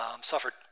suffered